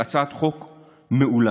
תראו,